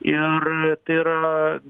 ir tai yra